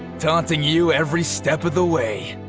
taunting you every step of the way.